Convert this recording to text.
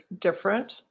different